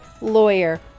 lawyer